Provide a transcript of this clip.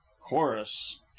chorus